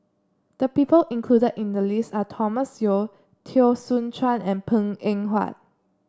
the people included in the list are Thomas Yeo Teo Soon Chuan and Png Eng Huat